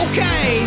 Okay